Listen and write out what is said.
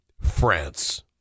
France